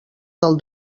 del